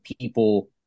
people